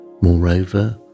Moreover